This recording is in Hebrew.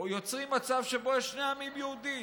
יוצרים מצב שבו יש שני עמים יהודיים: